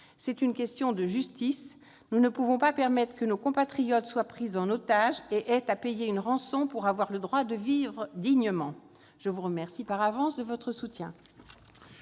C'est une question de justice. Nous ne pouvons pas permettre que ces compatriotes soient pris en otages et aient à payer une rançon pour avoir le droit de vivre dignement. Je vous remercie par avance de votre soutien